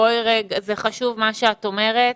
זה חשוב מה שאת אומרת,